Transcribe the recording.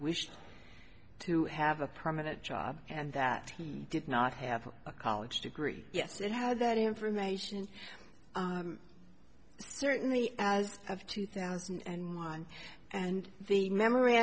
wished to have a permanent job and that he did not have a college degree yes it had that information certainly as of two thousand and one and the memor